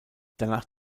danach